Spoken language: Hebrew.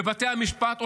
בבתי המשפט,